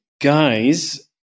guys